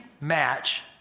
match